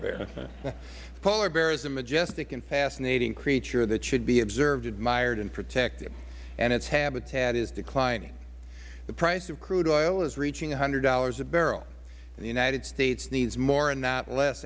the polar bear is a majestic and fascinating creature that should be observed admired and protected and its habitat is declining the price of crude oil is reaching one hundred dollars a barrel the united states needs more and not less